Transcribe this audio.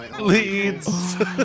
Leads